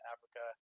Africa